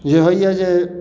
जे होइया जे